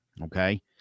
Okay